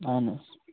اَہَن حظ